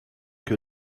que